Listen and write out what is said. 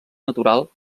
natural